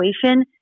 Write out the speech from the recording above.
situation